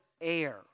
air